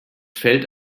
fällt